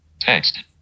Text